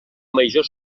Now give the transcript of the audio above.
major